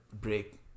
break